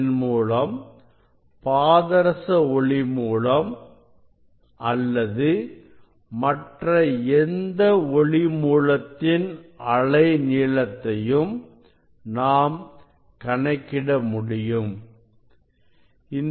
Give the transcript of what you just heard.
இதன் மூலம் பாதரச ஒளி மூலம் அல்லது மற்ற எந்த ஒளி மூலத்தின் அலை நீளத்தையும் நாம் கணக்கிட முடியும்